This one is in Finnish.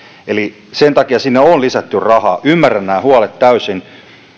eli sen takia sinne on lisätty rahaa ymmärrän nämä huolet täysin